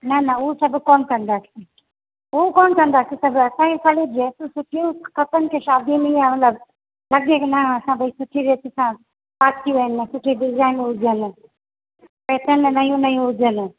न न उहो सभु कोन कंदासीं उहो कोन कंदासीं सभु असांखे ख़ाली ड्रेसूं सुठियूं खपनि के शादीअ में ईअं मतिलबु दर्जीअ खे न असां भई सुठियूं ड्रेसूं असां पातियूं आहिनि सुठी डिज़ाइनूं हुजनि पैटर्न में नयूं नयूं हुजनि